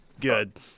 Good